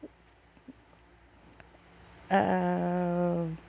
um